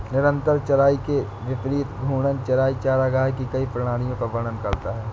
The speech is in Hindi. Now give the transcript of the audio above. निरंतर चराई के विपरीत घूर्णन चराई चरागाह की कई प्रणालियों का वर्णन करता है